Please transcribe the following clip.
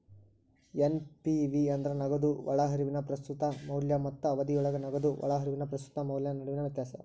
NPV ಅಂದ್ರ ನಗದು ಒಳಹರಿವಿನ ಪ್ರಸ್ತುತ ಮೌಲ್ಯ ಮತ್ತ ಅವಧಿಯೊಳಗ ನಗದು ಹೊರಹರಿವಿನ ಪ್ರಸ್ತುತ ಮೌಲ್ಯದ ನಡುವಿನ ವ್ಯತ್ಯಾಸ